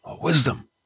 Wisdom